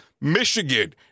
Michigan